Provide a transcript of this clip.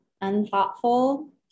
unthoughtful